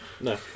No